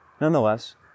Nonetheless